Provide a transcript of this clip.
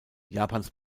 japans